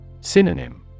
Synonym